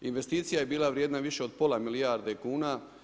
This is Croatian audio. Investicija je bila vrijedna više od pola milijarde kuna.